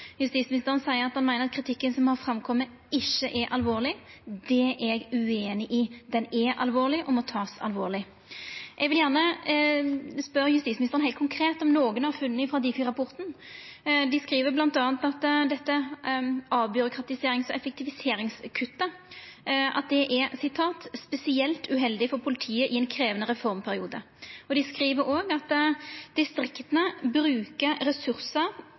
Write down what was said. Justisministeren seier at han meiner kritikken som har framkome, ikkje er alvorleg. Det er eg ueinig i. Den er alvorleg, og må takast alvorleg. Eg vil gjerne spørja justisministeren heilt konkret om nokre av funna i Difi-rapporten. Dei skriv bl.a. at avbyråkratiserings- og effektiviseringskutta er «spesielt uheldig for politiet i en krevende reformperiode». Dei skriv òg at distrikta bruker